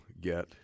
get